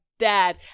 Dad